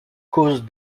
causes